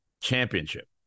Championship